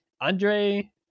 Andre